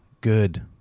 Good